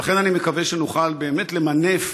ולכן, אני מקווה שנוכל באמת למנף